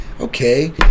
Okay